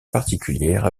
particulière